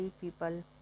people